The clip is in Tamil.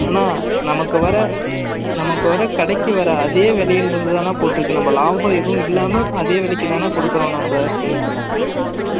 அண்ணா நமக்கு வர நமக்கு வர கடைக்கு வர அதே விலையில் இருந்து தாண்ணா போட்டிருக்கு நம்ம லாபம் எதுவும் இல்லாமல் அதே விலைக்கு தாண்ணா கொடுக்கறோம் நம்ப ம்